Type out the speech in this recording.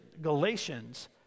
Galatians